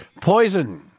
Poison